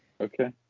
Okay